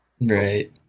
right